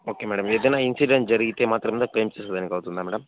okay madam ఏదైనా incident జరిగితే మాత్రమే క్లెయిమ్ చెయ్యడానికి అవుతుందా మేడం